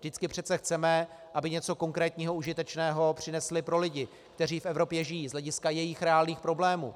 Vždycky přece chceme, aby něco konkrétního, užitečného přinesly pro lidi, kteří v Evropě žijí z hlediska jejich reálných problémů.